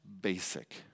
basic